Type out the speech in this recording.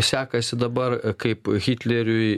sekasi dabar kaip hitleriui